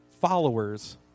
followers